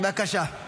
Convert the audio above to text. בבקשה.